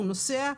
הוא נוסע,